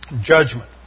judgment